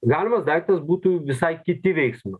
galimas daiktas būtų visai kiti veiksmai